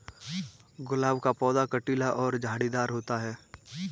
गुलाब का पौधा कटीला और झाड़ीदार होता है